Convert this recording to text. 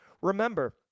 remember